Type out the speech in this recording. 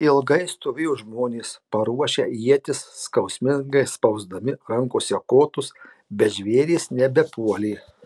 ilgai stovėjo žmonės paruošę ietis skausmingai spausdami rankose kotus bet žvėrys nebepuolė